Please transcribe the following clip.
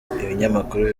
ibinyamakuru